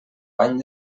bany